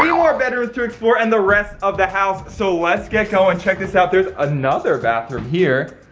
more bedrooms to explore and the rest of the house. so, let's get going. check this out, there's another bathroom here.